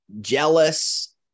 jealous